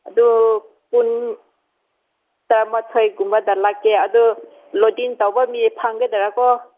ꯑꯗꯨ ꯄꯨꯡ ꯇꯥꯔꯥꯃꯥꯊꯣꯏꯒꯨꯝꯕꯗ ꯂꯥꯛꯀꯦ ꯑꯗꯨ ꯂꯣꯗꯤꯡ ꯇꯧꯕ ꯃꯤ ꯐꯪꯒꯗ꯭ꯔꯥ ꯀꯣ